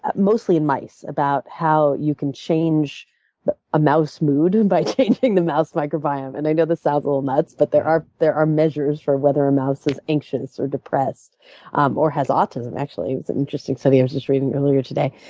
ah mostly, and mice about how you can change but a mouse mood and by changing the mouse microbiome. and i know this sounds a little nuts, but there are there are measures for whether a mouse is anxious or depressed um or has autism, actually. it's an interesting study i was just reading earlier today.